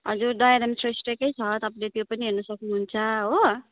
हजुर दयाराम श्रेष्ठकै छ तपाईँले त्यो पनि हेर्नु सक्नु हुन्छ हो